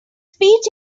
speech